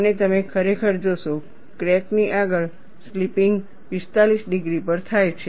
અને તમે ખરેખર જોશો ક્રેકની આગળ સ્લિપિંગ 45 ડિગ્રી પર થાય છે